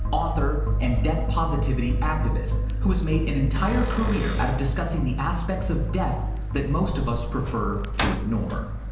author and death positivity activist who has made an entire career out of discussing the aspects of death that most of us prefer to ignore.